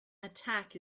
attack